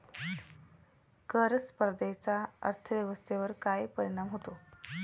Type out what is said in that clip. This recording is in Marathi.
कर स्पर्धेचा अर्थव्यवस्थेवर काय परिणाम होतो?